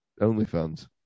OnlyFans